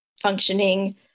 functioning